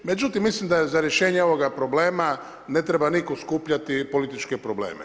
Međutim, mislim da je za rješenje ovoga problema, ne treba nitko skupljati političke probleme.